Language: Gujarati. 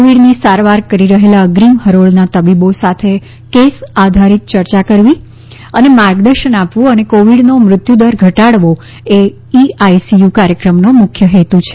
કોવિડની સારવાર કરી રહેલા અગ્રીમ હરોળનાં તબીબો સાથે કેસ આધારીત ચર્ચા કરવી અને માર્ગદર્શન આપવું અને કોવિડનો મૃત્યુદર ધટાડવોચે ઈ આઈસીયુ કાર્યક્રમનો મુખ્ય હેતું છે